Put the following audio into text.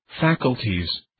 faculties